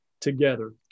together